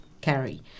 carry